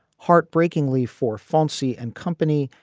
heartbreakingly, for fonzie and company,